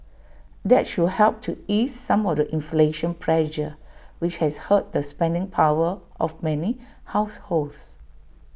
that should help to ease some of the inflation pressure which has hurt the spending power of many households